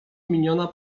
miniona